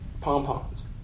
pom-poms